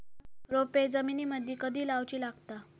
रोपे जमिनीमदि कधी लाऊची लागता?